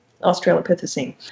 australopithecine